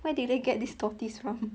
where did they get this tortoise from